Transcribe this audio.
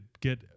get